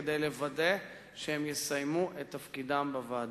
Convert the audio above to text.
כדי לוודא שהם יסיימו את תפקידם בוועדות.